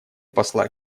посла